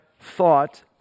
thought